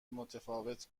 متفاوت